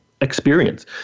experience